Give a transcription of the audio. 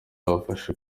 afashe